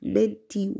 Menti